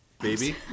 baby